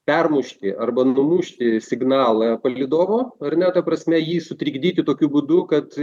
permušti arba numušti signalą palydovo ar ne ta prasme jį sutrikdyti tokiu būdu kad